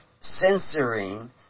censoring